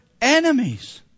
enemies